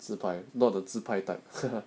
自拍 not 的自拍 type